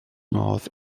modd